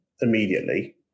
immediately